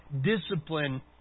discipline